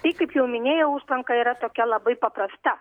tai kaip jau minėjau užtvanka yra tokia labai paprasta